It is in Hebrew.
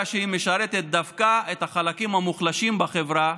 שהיא משרתת דווקא את החלקים המוחלשים בחברה,